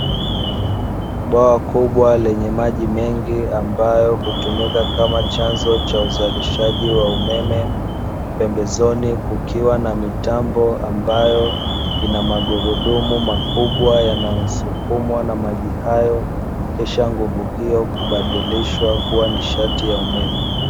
Bwawa kubwa lenye maji mengi ambayo hutumika kama chanzo cha uzalishaji wa umeme. Pembezoni kukiwa na mitambo ambayo ina magurudumu makubwa yanayosukumwa na maji hayo, kisha nguvu hiyo kubadilishwa kuwa nishati ya umeme.